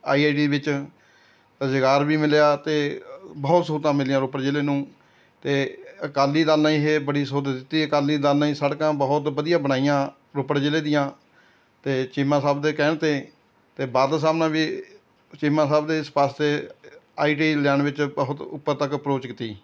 I I T ਵਿੱਚ ਰੁਜ਼ਗਾਰ ਵੀ ਮਿਲਿਆ ਅਤੇ ਬਹੁਤ ਸਹੂਲਤਾਂ ਮਿਲੀਆਂ ਰੋਪੜ ਜ਼ਿਲ੍ਹੇ ਨੂੰ ਅਤੇ ਅਕਾਲੀ ਦਲ ਨੇ ਇਹ ਬੜੀ ਸਹੂਲਤ ਦਿੱਤੀ ਅਕਾਲੀ ਦਲ ਨੇ ਹੀ ਸੜਕਾਂ ਬਹੁਤ ਵਧੀਆ ਬਣਾਈਆਂ ਰੋਪੜ ਜ਼ਿਲ੍ਹੇ ਦੀਆਂ ਅਤੇ ਚੀਮਾ ਸਾਹਿਬ ਦੇ ਕਹਿਣ 'ਤੇ ਅਤੇ ਬਾਦਲ ਸਾਹਿਬ ਨੇ ਵੀ ਚੀਮਾ ਸਾਹਿਬ ਦੇ ਸਿਫਾਰਸ਼ 'ਤੇ ਆਈ ਟੀ ਆਈ ਲਿਆਉਣ ਵਿੱਚ ਬਹੁਤ ਉੱਪਰ ਤੱਕ ਅਪਰੋਚ ਕੀਤੀ